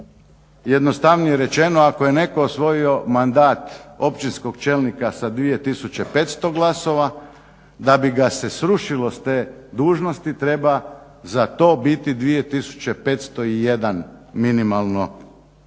jednostavnije rečeno ako je netko osvojio mandat općinskog čelnika sa 2500 glasova da bi ga se srušilo s te dužnosti treba za to biti 2501 minimalno birač